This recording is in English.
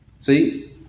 See